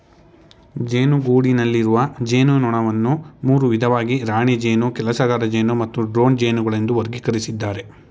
ಜೇನುಗೂಡಿನಲ್ಲಿರುವ ಜೇನುನೊಣವನ್ನು ಮೂರು ವಿಧವಾಗಿ ರಾಣಿ ಜೇನು ಕೆಲಸಗಾರಜೇನು ಮತ್ತು ಡ್ರೋನ್ ಜೇನುಗಳೆಂದು ವರ್ಗಕರಿಸಿದ್ದಾರೆ